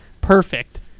perfect